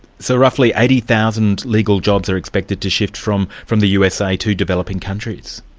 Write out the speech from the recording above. so roughly eighty thousand legal jobs are expected to shift from from the usa to developing countries?